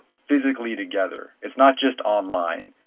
physically together, it's not just online.